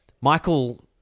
Michael